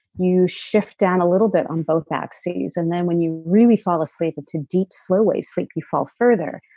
you shift down a little bit on both axes and then when you really fall asleep into deep slow wave sleep, you fall further.